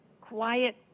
quiet